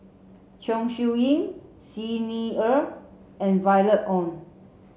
Chong Siew Ying Xi Ni Er and Violet Oon